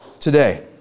Today